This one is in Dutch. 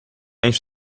eens